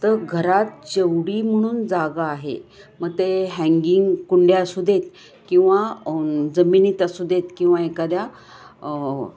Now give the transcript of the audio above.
त घरात जेवढी म्हणून जागा आहे मग ते हँगिंग कुंड्या असू देत किंवा जमिनीत असू देत किंवा एखाद्या